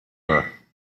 were